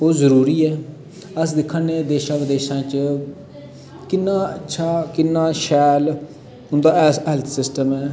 ओह् जरूरी ऐ अस दिक्खा ने देश परदेशा च किन्ना अच्छा किन्ना शैल उन्दा हे हैल्थ सिस्टम ऐ